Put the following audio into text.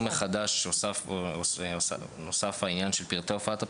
מחדש נוסף העניין של פרטי הופעת הפרסום,